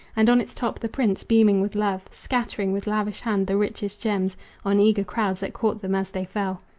and on its top the prince, beaming with love, scattering with lavish hand the richest gems on eager crowds that caught them as they fell.